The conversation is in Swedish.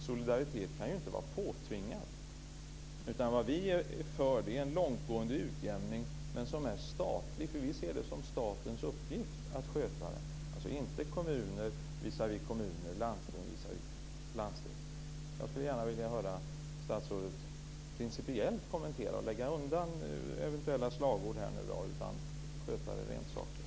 Solidaritet kan ju inte vara påtvingad. Vi är för en långtgående utjämning som är statlig. Vi ser det som statens uppgift att sköta det, inte kommuner visavi kommuner och landsting visavi landsting. Jag skulle gärna vilja höra statsrådet principiellt kommentera detta, lägga undan eventuella slagord och sköta det rent sakligt.